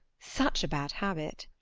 such a bad habit!